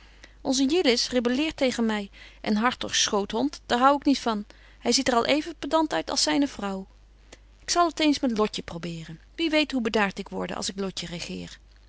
onze jillis rebelleert tegen my en hartogs schoothond daar hou ik niet van hy ziet er al even pedant uit als zyne vrouw ik zal t eens met lotje probeeren wie weet hoe bedaart ik worde als ik lotje